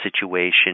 situation